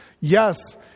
Yes